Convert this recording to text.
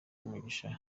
mugisha